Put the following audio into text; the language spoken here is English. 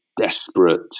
desperate